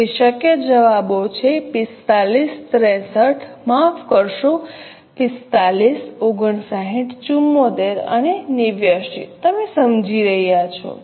તેથી શક્ય જવાબો છે 45 63 માફ કરશો 45 59 74 અને 89 તમે સમજી રહ્યાં છો